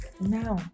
now